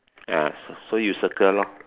ya so so you circle lor